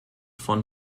von